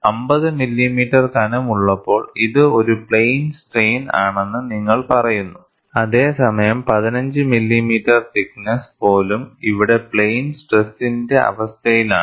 50 millimetre കനം ഉള്ളപ്പോൾ ഇത് ഒരു പ്ലെയിൻ സ്ട്രെയിൻ ആണെന്ന് നിങ്ങൾ പറയുന്നു അതേസമയം 15 മില്ലിമീറ്റർ തിക്ക് നെസ്സ് പോലും ഇവിടെ പ്ലെയിൻ സ്ട്രെസ്സിന്റെ അവസ്ഥയിലാണ്